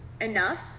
enough